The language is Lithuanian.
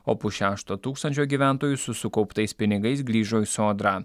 o pusšešto tūkstančio gyventojų su sukauptais pinigais grįžo į sodrą